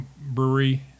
brewery